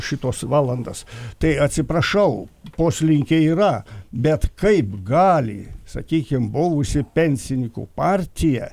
šitos valandas tai atsiprašau poslinkiai yra bet kaip gali sakykim buvusi pensininkų partija